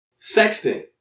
Sexting